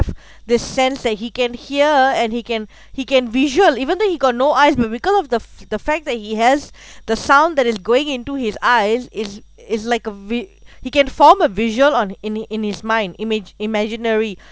the sense that he can hear and he can he can visual even though he got no eyes but because of the f~ the fact that he has the sound that is going into his eyes is is like a vi~ he can form a visual on in in his mind imag~ imaginary